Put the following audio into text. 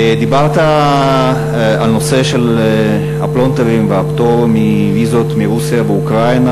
דיברת על הנושא של הפלונטרים והפטור מוויזות מרוסיה ואוקראינה,